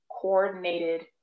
coordinated